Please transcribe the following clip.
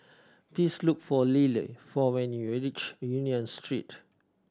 please look for Liller for when you reach Union Street